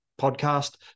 podcast